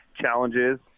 challenges